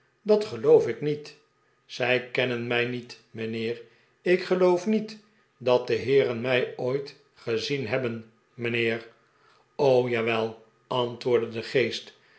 dat geloof ik niet zij kennen mij niet mijnheer ik geloof niet dat de heeren mij ooit gezien hebben mijnheer jawel antwoordde de geest